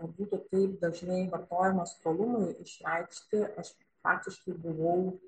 būtų taip dažnai vartojamas tolumui išreikšti aš faktiškai buvau